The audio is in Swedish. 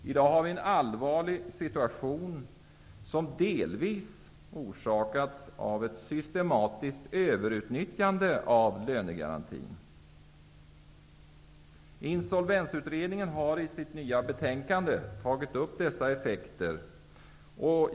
I dag har vi en allvarlig situation som delvis orsakats av ett systematiskt överutnyttjande av lönegarantin. Insolvensutredningen har i sitt nya betänkande tagit upp dessa effekter.